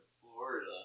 Florida